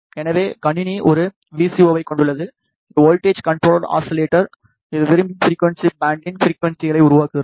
எனவே கணினி ஒரு வி சி ஓ ஐக் கொண்டுள்ளது இது வோல்ட்டேஜ் கண்ட்ரோலர் அசிலேட்டர் இது விரும்பிய ஃபிரிக்குவன்ஸி பேண்டின் ஃபிரிக்குவன்ஸியை உருவாக்குகிறது